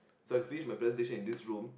so I finished my presentation in this room